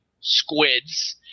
squids